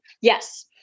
Yes